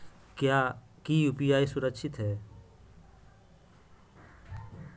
की यू.पी.आई सुरक्षित है?